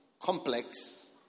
complex